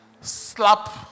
Slap